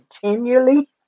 continually